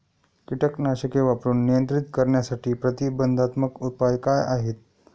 कीटकनाशके वापरून नियंत्रित करण्यासाठी प्रतिबंधात्मक उपाय काय आहेत?